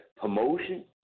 promotion